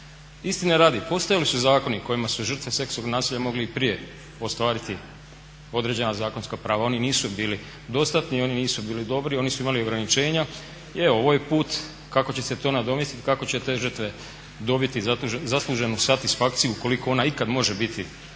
se ne razumije./… zakoni kojima su žrtve seksualnog nasilja mogle i prije ostvariti određena zakona prava, oni nisu bili dostatni, oni nisu bili dobri, oni su imali ograničenja. I evo ovaj put kako će se to nadomjestiti, kako će te žrtve dobiti zasluženu satisfakciju ukoliko ona ikad može biti